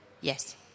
yes